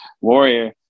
warrior